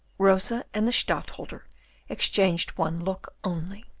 rosa and the stadtholder exchanged one look only.